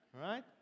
right